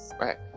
Right